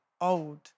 old